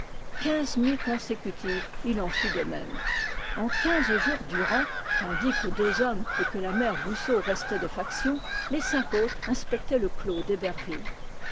quinze nuits consécutives il en fut de même et quinze jours durant tandis que deux hommes et que la mère goussot restaient de faction les cinq autres inspectaient le clos d'héberville